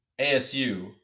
ASU